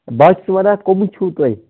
بہٕ حظ چھُس ونان کٕم چھُو تُہۍ